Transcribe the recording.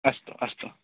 अस्तु अस्तु